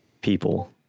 people